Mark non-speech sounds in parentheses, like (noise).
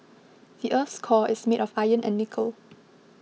the earth's core is made of iron and nickel (noise)